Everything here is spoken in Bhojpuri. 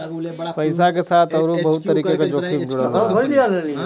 पइसा के साथ आउरो बहुत तरीके क जोखिम जुड़ल होला